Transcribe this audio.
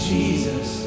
Jesus